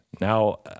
Now